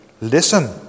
listen